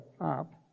up